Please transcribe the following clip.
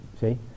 See